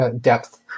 depth